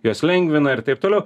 juos lengvina ir taip toliau